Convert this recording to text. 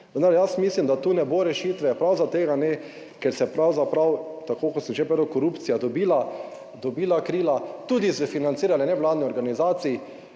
Vendar jaz mislim, da tu ne bo rešitve, prav zaradi tega ne, ker se je pravzaprav, tako kot sem že povedal, korupcija dobila, dobila krila tudi z financiranjem nevladnih organizacij,